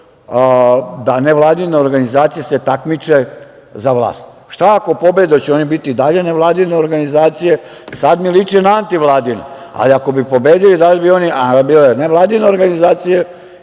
se nevladine organizacije takmiče za vlast? Šta ako pobede? Hoće li oni biti dalje nevladine organizacije? Sad mi liče na antivladine. Ali, ako bi pobedili, da li bi one bile nevladine organizacije